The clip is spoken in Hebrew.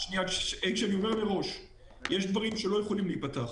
אני אומר מראש, יש דברים שלא יכולים להיפתח.